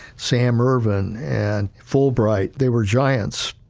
sam ervin, and fulbright they were giants.